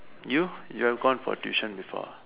you you have gone for tuition before